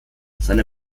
seine